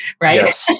right